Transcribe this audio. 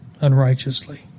Unrighteously